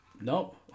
No